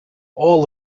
all